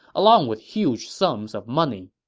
along with huge sums of money.